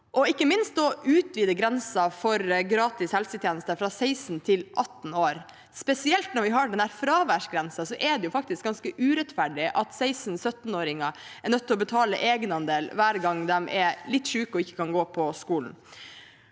ikke minst å utvide grensen for gratis helsetjenester fra 16 til 18 års alder. Spesielt når vi har denne fraværsgrensen, er det faktisk ganske urettferdig at 16–17-åringer er nødt til å betale en egenandel hver gang de er litt syke og ikke kan gå på skolen.